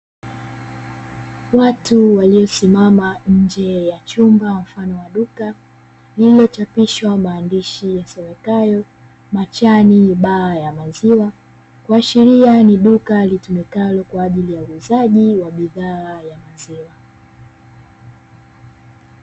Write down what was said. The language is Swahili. Watu waliosimama nje ya chumba, mfano wa duka, lililochapishwa maandishi yasomekayo, "Machani baa ya maziwa", kuashiria ni duka litumikalo kwa ajili ya uuzaji wa bidhaa ya maziwa.